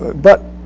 but